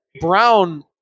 Brown